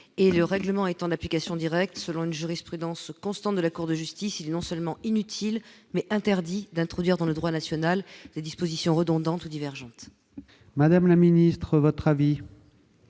et le règlement étant d'application directe, selon une jurisprudence constante de la Cour de justice, il est non seulement inutile mais interdit d'introduire dans le droit national des dispositions redondantes divergentes. Madame la ministre, votre avis.